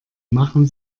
machen